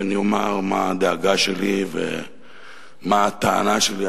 ואני אומר מה הדאגה שלי ומה הטענה שלי,